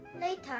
Later